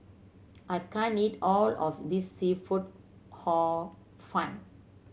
I can't eat all of this seafood Hor Fun